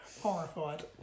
horrified